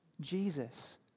Jesus